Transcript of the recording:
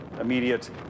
immediate